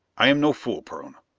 i am no fool, perona.